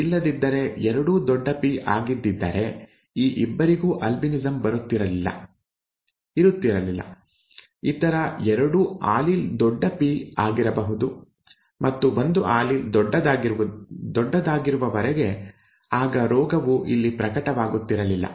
ಇಲ್ಲದಿದ್ದರೆ ಎರಡೂ ದೊಡ್ಡ ಪಿ ಆಗಿದ್ದಿದ್ದರೆ ಈ ಇಬ್ಬರಿಗೂ ಆಲ್ಬಿನಿಸಂ ಇರುತ್ತಿರಲಿಲ್ಲ ಇತರ ಎರಡೂ ಆಲೀಲ್ ದೊಡ್ಡ ಪಿ ಆಗಿರಬಹುದು ಮತ್ತು ಒಂದು ಆಲೀಲ್ ದೊಡ್ಡದಾಗಿರುವವರೆಗೆ ಆಗ ರೋಗವು ಇಲ್ಲಿ ಪ್ರಕಟವಾಗುತ್ತಿರಲಿಲ್ಲ